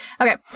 Okay